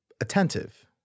attentive